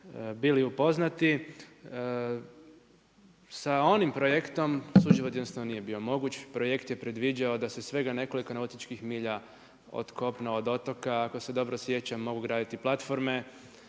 bili upoznati sa onim projektom suživot jednostavno nije bio moguć. Projekt je predviđao da svega nekoliko nautičkih milja od kopna do otoka ako se dobro sjećam mogu graditi platforme.